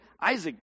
Isaac